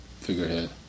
figurehead